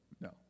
No